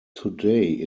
today